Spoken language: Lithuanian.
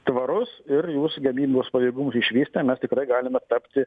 tvarus ir jūs gamybos pajėgumus išvystę mes tikrai galime tapti